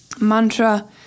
mantra